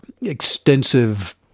extensive